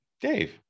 dave